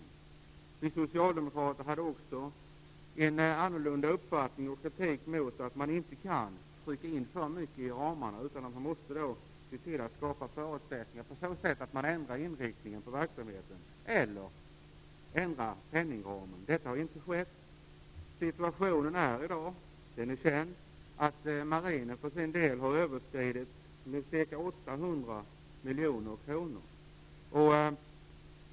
Också vi socialdemokrater hade en annorlunda uppfattning och framförde kritik mot att man tryckte in för mycket i ramarna. Man måste se till att skapa förutsättningar på så sätt att man ändrar inriktningen på verksamheten eller ändrar penningramen. Detta har inte skett. Dagens situation är känd. Marinen har för sin del överskridit budgeten med ca 800 miljoner kronor.